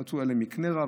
היה להם מקנה רב,